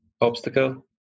obstacle